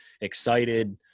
excited